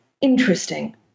interesting